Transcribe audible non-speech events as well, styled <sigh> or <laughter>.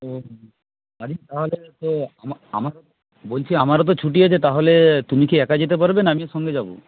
ও <unintelligible> তাহলে <unintelligible> বলছি আমারও তো ছুটি আছে তাহলে তুমি কি একা যেতে পারবে না আমিও সঙ্গে যাব